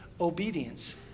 obedience